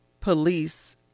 police